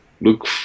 look